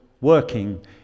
working